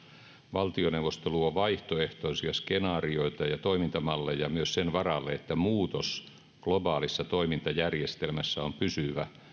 valtioneuvosto luo vaihtoehtoisia skenaarioita ja toimintamalleja myös sen varalle että muutos globaalissa toimintajärjestelmässä on pysyvä